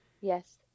Yes